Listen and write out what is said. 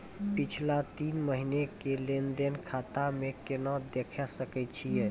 पिछला तीन महिना के लेंन देंन खाता मे केना देखे सकय छियै?